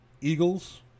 Eagles